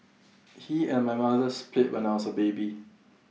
he and my mother split when I was A baby